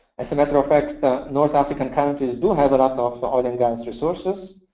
as a matter of fact, the north african countries do have a lot of oil and gas resources.